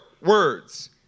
words